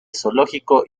zoológico